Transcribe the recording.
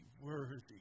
worthy